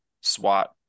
SWAT